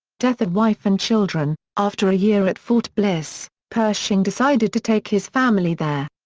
death of wife and children after a year at fort bliss, pershing decided to take his family there.